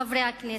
חברי הכנסת,